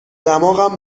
دماغم